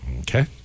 Okay